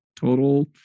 total